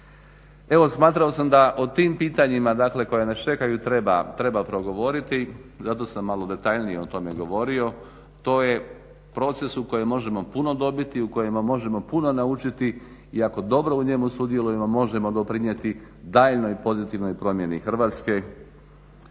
Evo smatrao sam da o tim pitanjima, dakle koja nas čekaju treba progovoriti. Zato sam malo detaljnije o tome govorio. To je proces u kojem možemo puno dobiti, u kojima možemo puno naučiti i ako dobro u njemu sudjelujemo možemo doprinijeti daljnjoj pozitivnoj promjeni Hrvatske